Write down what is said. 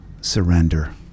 surrender